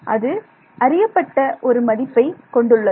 அது அறியப்பட்ட ஒரு மதிப்பை கொண்டுள்ளது